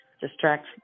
distract